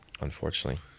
unfortunately